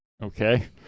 Okay